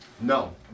No